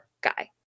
guy